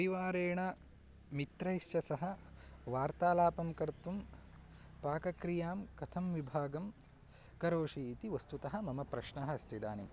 परिवारेण मित्रैश्च सह वार्तालापं कर्तुं पाकक्रियां कथं विभागं करोषि इति वस्तुतः मम प्रश्नः अस्ति इदानीं